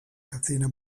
catena